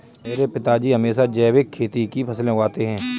मेरे पिताजी हमेशा जैविक खेती की फसलें उगाते हैं